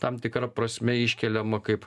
tam tikra prasme iškeliama kaip